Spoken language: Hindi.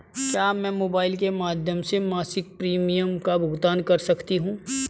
क्या मैं मोबाइल के माध्यम से मासिक प्रिमियम का भुगतान कर सकती हूँ?